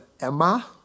Emma